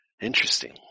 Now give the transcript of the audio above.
Interesting